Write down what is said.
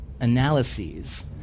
analyses